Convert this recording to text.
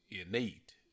innate